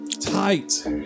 tight